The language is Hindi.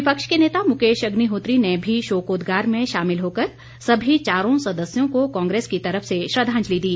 विपक्ष के नेता मुकेश अग्निहोत्री ने भी शोकोदगार में शामिल होकर सभी चारों सदस्यों को कांग्रेस की तरफ से श्रद्वांजलि दी